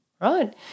Right